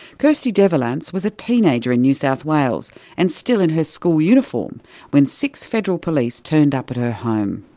kirsty devallance was a teenager in new south wales and still in her school uniform when six federal police turned up at her home.